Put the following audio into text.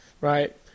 right